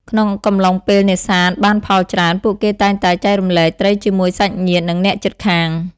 ក្នុងកំឡុងពេលនេសាទបានផលច្រើន ពួកគេតែងតែ ចែករំលែក ត្រីជាមួយសាច់ញាតិនិងអ្នកជិតខាង។